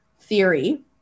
theory